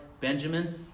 Benjamin